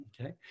Okay